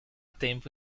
tempo